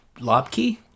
lobkey